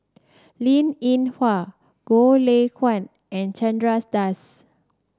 Linn In Hua Goh Lay Kuan and Chandra Das